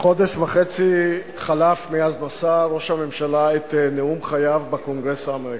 חודש וחצי חלף מאז נשא ראש הממשלה את נאום חייו בקונגרס האמריקני.